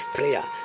prayer